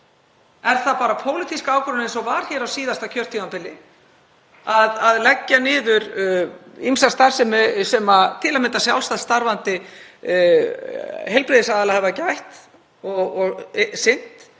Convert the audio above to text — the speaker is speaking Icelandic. Er það bara pólitísk ákvörðun, eins og var hér á síðasta kjörtímabili, að leggja niður ýmsa starfsemi sem til að mynda sjálfstætt starfandi heilbrigðisaðilar hafa sinnt og færa